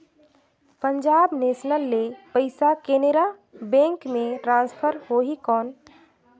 Punjab National ले पइसा Canara bank मे ट्रांसफर होहि कौन?